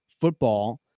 football